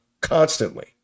constantly